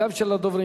גם של הדוברים,